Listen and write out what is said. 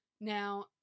Now